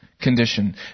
condition